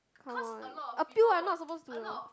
come on appeal ah not supposed to